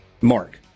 mark